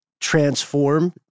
transform